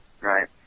Right